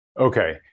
Okay